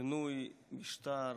שינוי משטר,